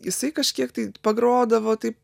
jisai kažkiek tai pagrodavo taip